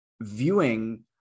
viewing